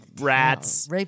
Rats